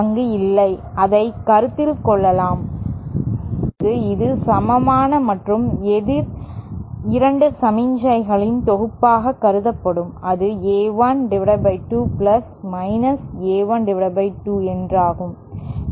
அங்கு இல்லை அதைக் கருத்தில் கொள்ளலாம் இப்போது இது சமமான மற்றும் எதிர் இரண்டு சமிக்ஞைகளின் தொகுப்பாகக் கருதப்படும் அது A12 A12 என்றாகும்